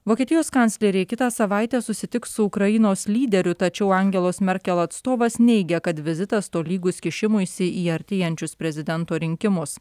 vokietijos kanclerė kitą savaitę susitiks su ukrainos lyderiu tačiau angelos merkel atstovas neigia kad vizitas tolygus kišimuisi į artėjančius prezidento rinkimus